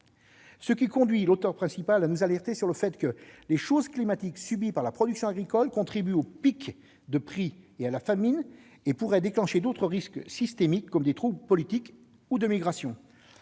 Cela conduit l'auteure principale de cette étude à nous alerter sur le fait que « les chocs climatiques subis par la production agricole contribuent aux pics de prix et à la famine et pourraient déclencher d'autres risques systémiques, comme des troubles politiques ou des migrations